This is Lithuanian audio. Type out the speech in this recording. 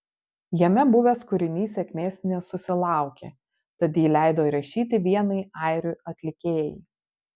jame buvęs kūrinys sėkmės nesusilaukė tad jį leido įrašyti vienai airių atlikėjai